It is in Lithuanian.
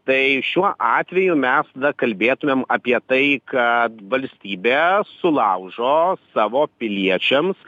tai šiuo atveju mes tada kalbėtumėm apie tai kad valstybė sulaužo savo piliečiams